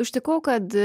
užtikau kad